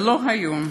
זה לא היום